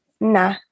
nah